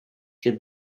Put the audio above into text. can